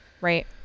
Right